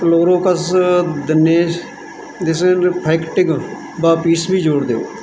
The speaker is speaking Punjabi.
ਕਲੋਰੋਕਸ ਦਨੇਸ ਦਿਸਿਨਫੈਕਟਿੰਗ ਵਾਪੀਸ ਵੀ ਜੋੜ ਦਵੋ